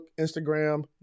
Instagram